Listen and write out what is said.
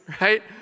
Right